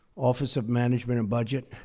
office of management and budget.